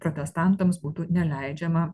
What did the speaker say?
protestantams būtų neleidžiama